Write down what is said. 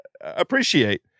appreciate